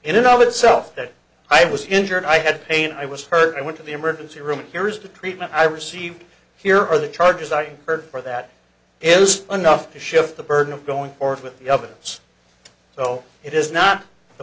and it all itself that i was injured i had pain i was hurt i went to the emergency room and here is a treatment i received here are the charges i heard for that is enough to shift the burden of going forth with the evidence so it is not the